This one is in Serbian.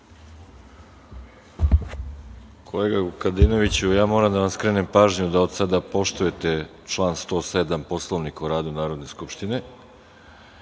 Kolega Vukadinovću, moram da vam skrenem pažnju da od sada poštujete član 107. Poslovnika o radu Narodne skupštine